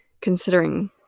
considering